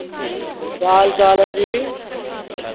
क्या हाल चाल है जी